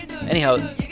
anyhow